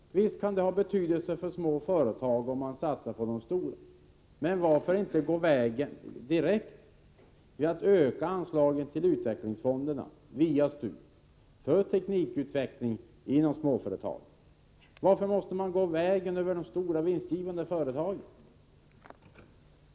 Visst kan det ha betydelse för småföretagen om man satsar på de stora företagen. Men varför inte gå vägen direkt genom att öka anslagen till utvecklingsfonderna via STU, för teknikutveckling inom småföretagen? Varför måste man gå vägen över de stora vinstgivande företagen?